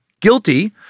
guilty